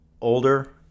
older